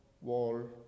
wall